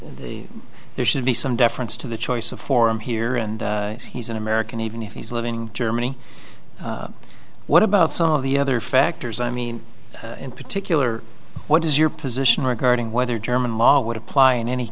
the there should be some deference to the choice of forum here and if he's an american even if he's living germany what about some of the other factors i mean in particular what is your position regarding whether german law would apply in any